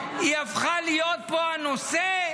היא הפכה להיות פה הנושא,